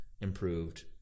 improved